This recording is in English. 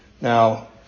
Now